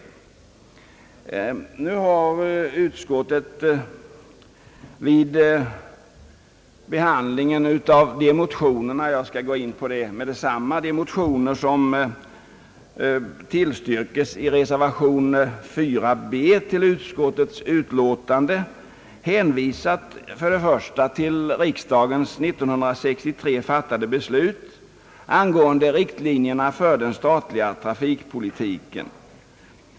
Vid behandlingen av de motioner, som tillstyrkes i reservation b, har utskottet hänvisat till riksdagens 1963 fattade beslut angående riktlinjerna för den statliga trafikpolitiken.